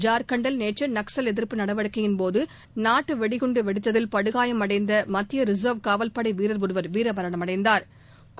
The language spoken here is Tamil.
ஜா்க்கண்டில் நேற்று நக்சல் எதிர்ப்பு நடவடிக்கையின்போது நாட்டு வெடிகுண்டு வெடித்ததில் படுகாயமடைந்த மத்திய ரிசா்வ் காவல்படை வீரா் ஒருவா் வீரமரணமடைந்தாா்